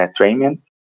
training